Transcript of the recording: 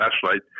flashlight